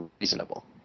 reasonable